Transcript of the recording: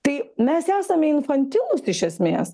tai mes esame infantilūs iš esmės